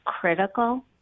critical